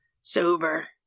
Sober